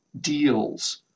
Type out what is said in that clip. deals